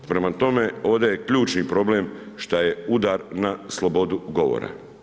Prema tome, ovde je ključni problem šta je udar na slobodu govora.